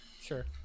Sure